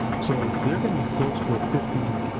so they're gonna be close to a fifty,